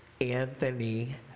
Anthony